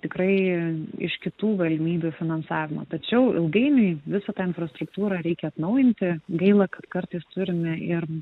tikrai iš kitų galimybių finansavimo tačiau ilgainiui visą tą infrastruktūrą reikia atnaujinti gaila kad kartais turime ir